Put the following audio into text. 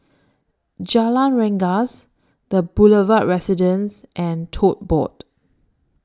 Jalan Rengas The Boulevard Residence and Tote Board